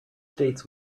states